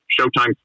Showtime